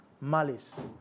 malice